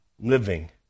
living